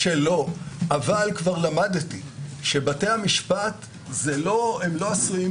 ועל כך עונה בית המשפט באמצעות הגדרת עילת הסבירות,